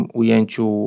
ujęciu